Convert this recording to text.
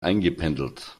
eingependelt